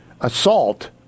assault